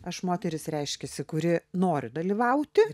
aš moteris reiškiasi kuri noriu dalyvauti